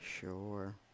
Sure